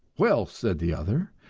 well, said the other,